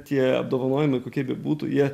tie apdovanojimai kokie bebūtų jie